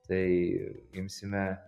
tai imsime